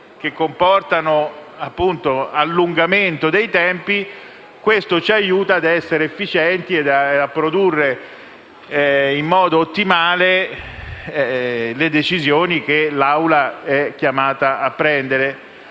che comportano un allungamento dei tempi, questo ci aiuterebbe ad essere efficienti e a produrre in modo ottimale le decisioni che l'Assemblea è chiamata a prendere.